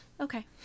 okay